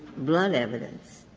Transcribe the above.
blood evidence